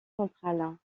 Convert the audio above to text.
centrale